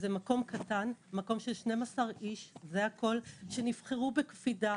מקום קטן של 12 איש שנבחרו בקפידה.